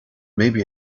maybe